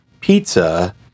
pizza